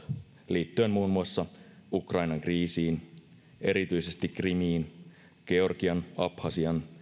liittyen muun muassa ukrainan kriisiin erityisesti krimiin georgian abhasian